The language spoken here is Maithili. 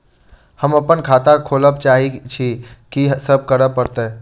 हम अप्पन खाता खोलब चाहै छी की सब करऽ पड़त?